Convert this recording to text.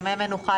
ימי מנוחה,